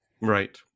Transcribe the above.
right